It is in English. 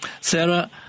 Sarah